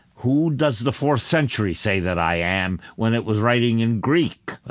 who does the fourth century say that i am? when it was writing in greek.